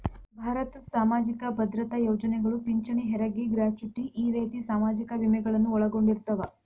ಭಾರತದ್ ಸಾಮಾಜಿಕ ಭದ್ರತಾ ಯೋಜನೆಗಳು ಪಿಂಚಣಿ ಹೆರಗಿ ಗ್ರಾಚುಟಿ ಈ ರೇತಿ ಸಾಮಾಜಿಕ ವಿಮೆಗಳನ್ನು ಒಳಗೊಂಡಿರ್ತವ